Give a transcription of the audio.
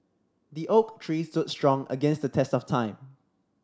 the oak tree stood strong against the test of time